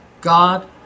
God